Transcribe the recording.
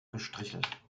gestrichelt